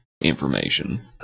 Information